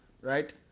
Right